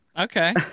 Okay